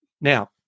Now